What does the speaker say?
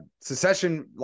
secession